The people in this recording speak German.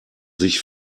sich